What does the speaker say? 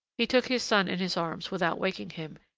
he took his son in his arms without waking him,